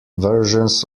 versions